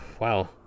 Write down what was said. Wow